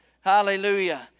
Hallelujah